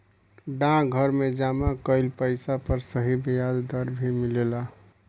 डाकघर में जमा कइल पइसा पर सही ब्याज दर भी मिलेला